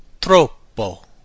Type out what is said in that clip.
Troppo